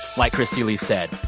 like chris seeley said,